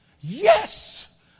yes